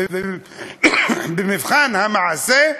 ובמבחן המעשה,